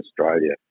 Australia